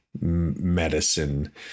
medicine